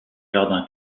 jardin